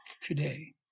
today